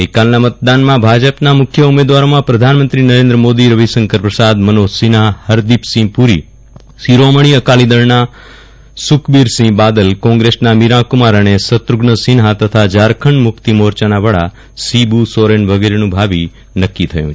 ગઈકાલે મતદાનમાં ભાજપના મુખ્ય ઉમેદવારોમાં પ્રધાનમંત્રી નરેન્દ્ર મોદી રવિશંકર પ્રસાદ મનોજ સિંહા હરદિપસિંહ પુરી શિરોમષ્ટી અકાલીદળના સુખબીરસિંહ બાદલ કોંગ્રેસના મીરા કુમાર અને શત્રુધ્ન સિંહા તથા ઝારખંડ મુક્તિ મોરચાના વડા શિબુ સોરેન વગેરેનું ભાવિ નક્કી થયું છે